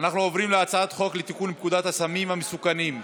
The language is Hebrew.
אנחנו עוברים להצעת חוק לתיקון פקודת הסמים המסוכנים.